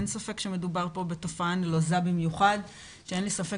אין ספק שמדובר פה בתופעה נלוזה במיוחד שאין לי ספק